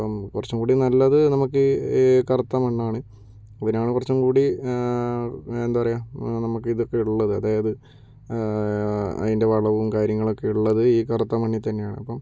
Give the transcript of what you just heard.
അപ്പോൾ കുറച്ചും കൂടി നല്ലത് നമുക്ക് ഈ കറുത്ത മണ്ണാണ് അതിനാണ് കുറച്ചും കൂടി എന്താ പറയുക നമുക്ക് ഇതൊക്കെ ഉള്ളത് അതായത് അതിൻ്റെ വളവും കാര്യങ്ങളും ഒക്കെ ഉള്ളത് ഈ കറുത്ത മണ്ണിൽ തന്നെയാണ്